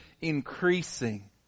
increasing